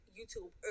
YouTube